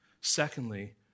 Secondly